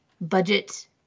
Budget